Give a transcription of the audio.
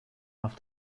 auf